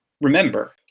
remember